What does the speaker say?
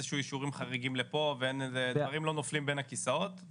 שהם אישורים חריגים לפה ודברים לא נופלים בין הכיסאות,